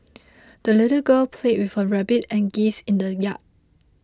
the little girl played with her rabbit and geese in the yard